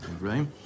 right